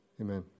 Amen